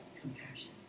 compassion